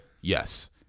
Yes